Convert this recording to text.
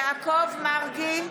מרגי,